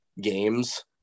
games